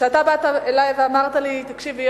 וכשאתה באת אלי ואמרת לי: תקשיבי,